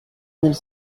mille